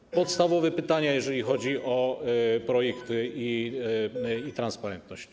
To są podstawowe pytania, jeżeli chodzi o projekty i transparentność.